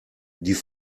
die